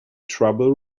trouble